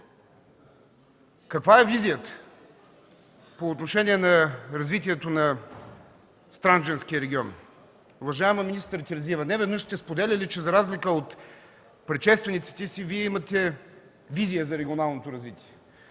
каква е визията по отношение на развитието на Странджанския регион? Уважаема министър Терзиева, не веднъж сте споделяли, че за разлика от предшествениците си Вие имате визия за регионалното развитие.